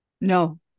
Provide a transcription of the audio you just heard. No